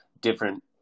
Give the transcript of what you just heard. different